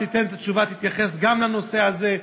כשתיתן את התשובה תתייחס גם לנושא הזה,